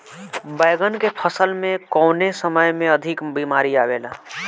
बैगन के फसल में कवने समय में अधिक बीमारी आवेला?